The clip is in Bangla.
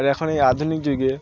আর এখন এই আধুনিক যুগে